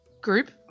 Group